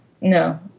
no